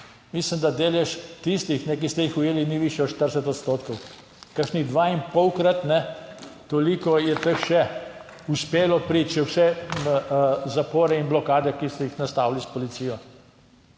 Mislim, da delež tistih, ki ste jih ujeli, ni višji od 40 odstotkov, kakšnih dvainpolkrat toliko je teh še uspelo priti v vse zapore in blokade, ki ste jih nastavili s policijo.